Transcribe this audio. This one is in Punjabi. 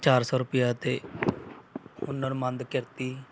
ਚਾਰ ਸੌ ਰੁਪਿਆ ਅਤੇ ਹੁਨਰਮੰਦ ਕਿਰਤੀ